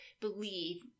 believe